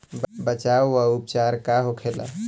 बचाव व उपचार का होखेला?